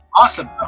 Awesome